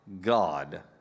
God